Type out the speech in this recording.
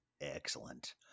Excellent